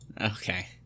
Okay